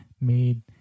made